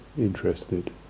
interested